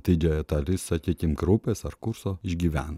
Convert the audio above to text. taigi dalis sakykim grupės ar kurso išgyveno